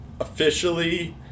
officially